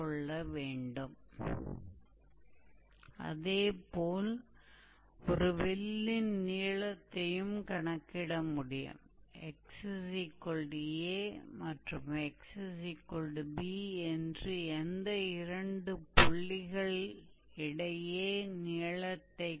तो दो बिंदुओं 𝑥 a और x 𝑏 के बीच कर्व 𝑦𝑓𝑥 के आर्क की लंबाई इस प्रकार है यह हमारा x अक्ष है यह हमारा y अक्ष है